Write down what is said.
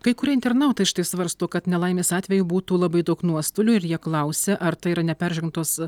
kai kurie internautai štai svarsto kad nelaimės atveju būtų labai daug nuostolių ir jie klausia ar tai yra neperžengtos